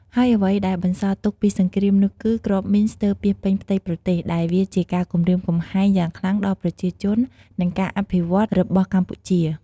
ហើយអ្វីដែលបន្សល់ទុកពីសង្គ្រាមនោះគឺ គ្រាប់មីនស្ទើពាសពេញផ្ទៃប្រទេស ដែលវាជាការគំរាមកំហែងយ៉ាងខ្លាំងដល់ប្រជាជន និងការអភិវឌ្ឍនរបស់កម្ពុជា។